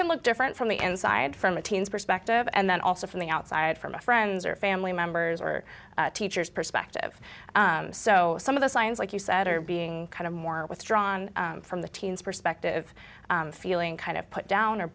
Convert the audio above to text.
can look different from the inside from a teen's perspective and then also from the outside from my friends or family members or teachers perspective so some of the signs like you said are being kind of more withdrawn from the teens perspective feeling kind of put down or